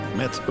met